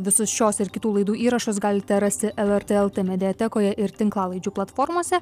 visus šios ir kitų laidų įrašus galite rasti lrt lt mediatekoje ir tinklalaidžių platformose